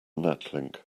natlink